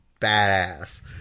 badass